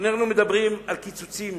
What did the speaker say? אנחנו מדברים על קיצוצים